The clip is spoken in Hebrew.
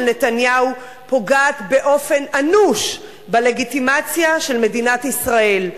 נתניהו פוגעים באופן אנוש בלגיטימציה של מדינת ישראל,